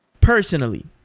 Personally